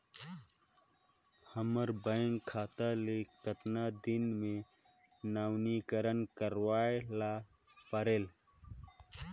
हमर बैंक खाता ले कतना दिन मे नवीनीकरण करवाय ला परेल?